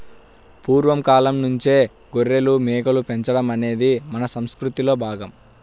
పూర్వ కాలంనుంచే గొర్రెలు, మేకలు పెంచడం అనేది మన సంసృతిలో భాగం